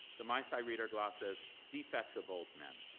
the meisei reader glosses, defects of old men.